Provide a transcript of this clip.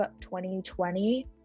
2020